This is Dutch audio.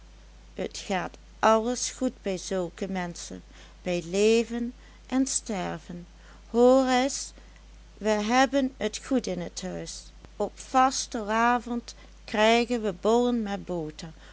t gaat alles goed bij zulke menschen bij leven en sterven hoor reis we hebben t goed in et huis de regenten zijn goed op vastelavond krijgen we bollen met botter